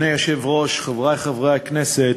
חוק הדיור הציבורי (זכויות רכישה),